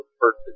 person